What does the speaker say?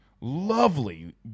lovely